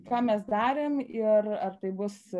ką mes darėm ir ar tai bus